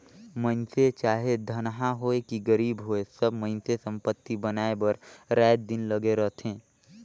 मइनसे चाहे धनहा होए कि गरीब होए सब मइनसे संपत्ति बनाए बर राएत दिन लगे रहथें